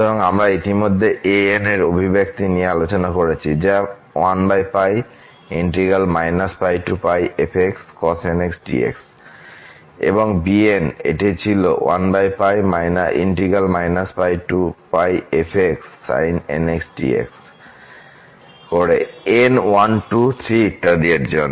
সুতরাং আমরা ইতিমধ্যেই an এর অভিব্যক্তি নিয়ে আলোচনা করেছি যা এবং bn এটি ছিল করে n 1 2 3 এর জন্য